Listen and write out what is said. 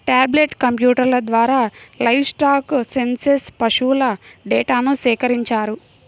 tablet కంప్యూటర్ల ద్వారా livestock census పశువుల డేటాను సేకరించారు